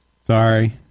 Sorry